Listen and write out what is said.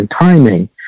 timing